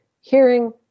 Hearing